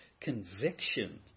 conviction